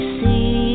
see